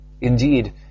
Indeed